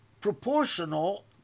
proportional